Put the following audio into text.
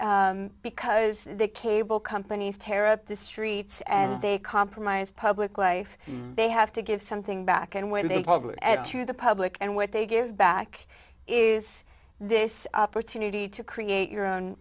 because the cable companies tear up the streets and they compromise public life they have to give something back and when they publish it to the public and what they give back is this opportunity to create your own